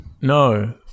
No